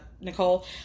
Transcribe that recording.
Nicole